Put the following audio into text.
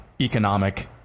economic